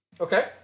Okay